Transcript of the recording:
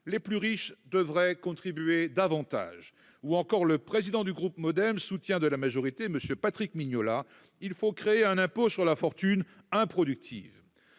les plus riches devraient contribuer davantage », et le président du groupe Modem, soutien de la majorité, M. Patrick Mignola, qu'« il faut créer un impôt sur la fortune improductive